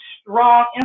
strong